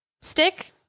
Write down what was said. stick